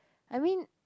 I mean